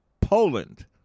Poland